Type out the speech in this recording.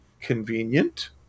convenient